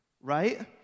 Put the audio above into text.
right